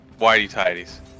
whitey-tidies